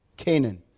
Canaan